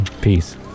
Peace